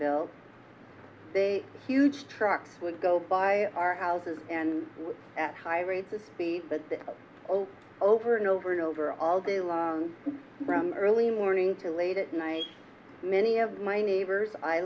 built they huge trucks would go by our houses and at high rates of speed but over over and over and over all day long from early morning to late at night many of my neighbors i